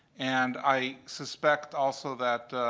and i suspect also that